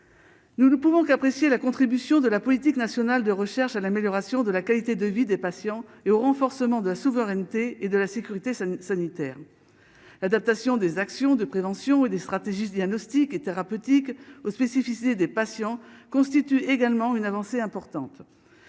nous ne pouvons qu'apprécier la contribution de la politique nationale de recherche à l'amélioration de la qualité de vie des patients et au renforcement de la souveraineté et de la sécurité ça ne sanitaire, l'adaptation des actions de prévention et des stratégies diagnostique et thérapeutique aux spécificités des patients constitue également une avancée importante,